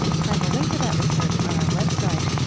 find the link to that research on our website,